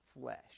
flesh